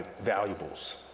valuables